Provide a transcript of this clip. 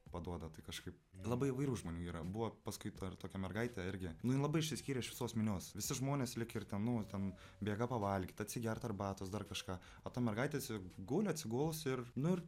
paduoda tai kažkaip labai įvairių žmonių yra buvo paskui dar tokia mergaitė irgi nu jin labai išsiskyrė iš visos minios visi žmonės lyg ir ten nu va ten bėga pavalgyt atsigert arbatos dar kažką o ta mergaitė tiesiog guli atsigulus ir nu ir